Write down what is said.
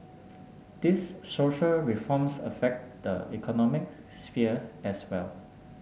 these social reforms affect the economic sphere as well